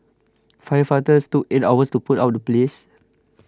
firefighters took eight hours to put out the blaze